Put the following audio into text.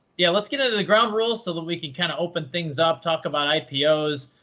yeah, let's get into ground rules so that we can kind of open things up, talk about ipos.